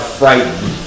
frightened